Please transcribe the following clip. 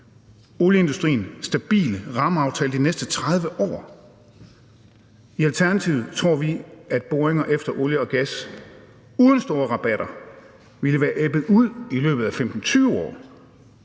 olieindustrien stabile rammeaftaler de næste 30 år. I Alternativet tror vi, at boringer efter olie og gas uden store rabatter ville være ebbet ud i løbet af 15-20 år.